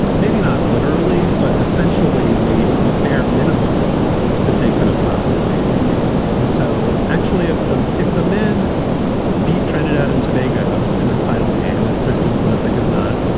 maybe not literally, but essentially made the bare minimum that they could have possibly made. and so actually, if the if the men beat trinidad and tobago in and that final game, if christian ballistic is not,